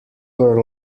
were